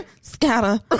scatter